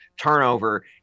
turnover